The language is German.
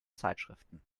zeitschriften